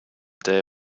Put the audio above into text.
day